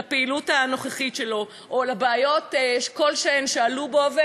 לפעילות הנוכחית שלו או לבעיות כלשהן שעלו בו.